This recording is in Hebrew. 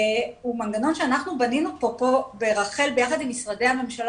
הוא מנגנון שאנחנו בנינו ברח"ל ביחד עם משרדי הממשלה